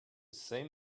same